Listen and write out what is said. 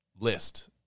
list